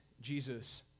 Jesus